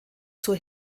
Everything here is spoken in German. zur